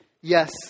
Yes